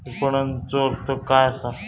विपणनचो अर्थ काय असा?